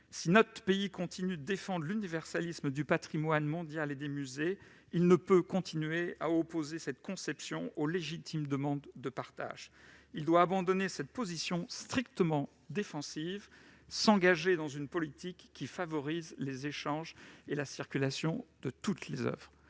Si notre pays continue de défendre l'universalisme du patrimoine mondial et des musées, il ne peut continuer à opposer cette conception aux légitimes demandes de partage. Nous devons abandonner cette position strictement défensive et nous engager dans une politique qui favorise les échanges et la circulation de toutes les oeuvres